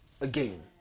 again